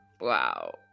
wow